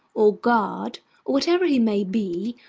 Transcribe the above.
or guard, or whatever he may be,